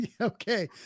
okay